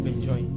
Enjoy